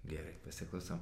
gerai pasiklausom